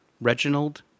Reginald